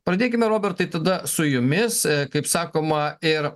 pradėkime robertai tada su jumis kaip sakoma ir